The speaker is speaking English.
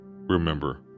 remember